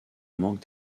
manque